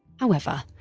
however,